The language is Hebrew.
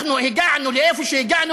אנחנו הגענו לאן שהגענו